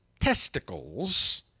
testicles